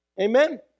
Amen